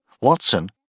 Watson